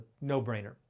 no-brainer